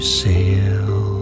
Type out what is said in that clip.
sail